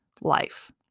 life